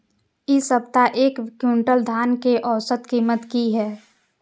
इ सप्ताह एक क्विंटल धान के औसत कीमत की हय?